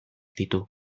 ditu